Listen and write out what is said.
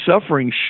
suffering